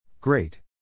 Great